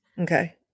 Okay